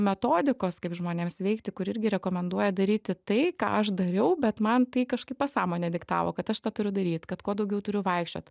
metodikos kaip žmonėms veikti kur irgi rekomenduoja daryti tai ką aš dariau bet man tai kažkaip pasąmonė diktavo kad aš tą turiu daryt kad kuo daugiau turiu vaikščiot